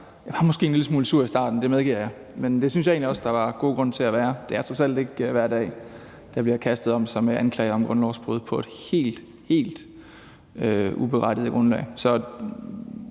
Jeg var måske en lille smule sur i starten, det medgiver jeg, men det synes jeg egentlig også der var god grund til at være, for det er trods alt ikke hver dag, man kaster om sig med anklager om grundlovsbrud på et helt, helt uberettiget grundlag.